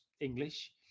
English